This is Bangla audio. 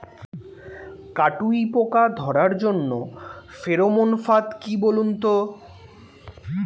কাটুই পোকা ধরার জন্য ফেরোমন ফাদ কি বলুন তো?